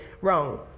wrong